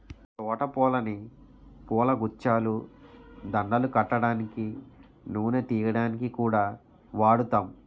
తోట పూలని పూలగుచ్చాలు, దండలు కట్టడానికి, నూనె తియ్యడానికి కూడా వాడుతాం